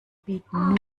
bieten